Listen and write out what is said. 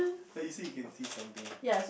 like you say you can see something